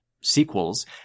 sequels